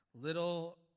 little